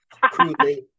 crudely